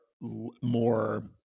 more